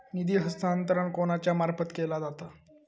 निधी हस्तांतरण कोणाच्या मार्फत केला जाता?